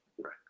Right